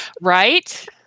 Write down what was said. Right